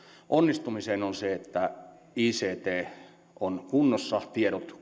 onnistumiseen on se että ict on kunnossa tiedot